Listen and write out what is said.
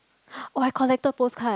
oh I collected postcard